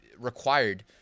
required